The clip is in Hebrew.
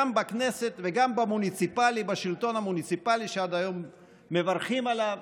גם בכנסת וגם בשלטון המוניציפלי עד היום מברכים עליו,